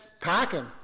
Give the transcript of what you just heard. packing